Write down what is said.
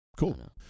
Cool